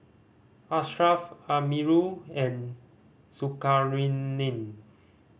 Ashraf Amirul and Zulkarnain